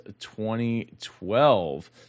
2012